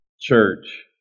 church